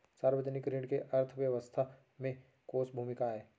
सार्वजनिक ऋण के अर्थव्यवस्था में कोस भूमिका आय?